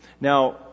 Now